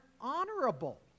honorable